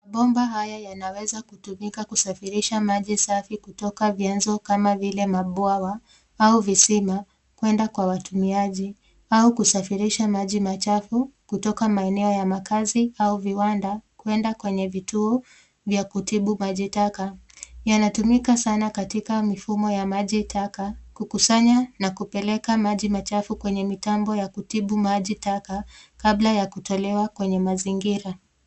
Bomba haya yanaweza kutumika kusafirisha maji safi kutoka vyanzo kama vile mabwawa au visima, kuenda kwa watumiaji, au kusafirisha maji machafu kutoka maeneo ya makazi au viwanda, kuenda kwenye vituo vya kutibu majitaka. Yanatumika sana katika mfumo wa majitaka kukusanya na kupeleka maji machafu kwenye mitambo ya kutibu majitaka kabla ya kutolewa kwenye mazingira.